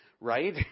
right